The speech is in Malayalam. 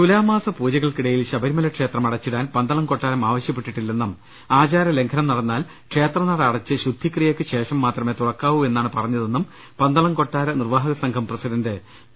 തുലാമാസ പൂജക്കിടയിൽ ശബ്ബരിമലക്ഷേത്രം അടച്ചിടാൻ പന്തളം കൊട്ടാരം ആവശ്യപ്പെട്ടിട്ടില്ലെന്നും ആചാരലംഘനം നടന്നാൽ ക്ഷേത്രനട അടച്ച് ശുദ്ധിക്രിയയ്ക്കു ശേഷം മാത്രമേ തുറക്കാവൂ എന്നാണ് പറഞ്ഞതെന്നും പന്തളം കൊട്ടാര നിർവ്വാഹക സംഘം പ്രസിഡന്റ് പി